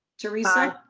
teresa.